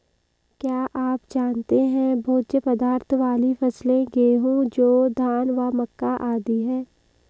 क्या आप जानते है भोज्य पदार्थ वाली फसलें गेहूँ, जौ, धान व मक्का आदि है?